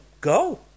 go